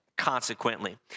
Consequently